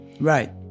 Right